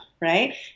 right